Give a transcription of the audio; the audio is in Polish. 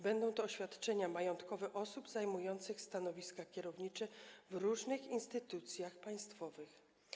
Będą to oświadczenia majątkowe osób zajmujących stanowiska kierownicze w różnych instytucjach państwowych.